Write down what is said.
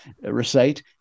recite